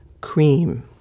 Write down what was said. cream